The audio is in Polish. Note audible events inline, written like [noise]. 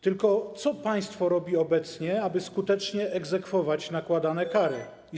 Tylko co państwo robi obecnie, aby skutecznie egzekwować nakładane [noise] kary?